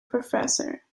professor